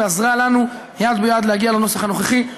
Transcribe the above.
עזרה לנו יד ביד להגיע לנוסח הנוכחי.